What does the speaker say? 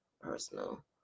Personal